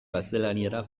gaztelaniara